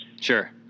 Sure